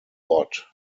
bot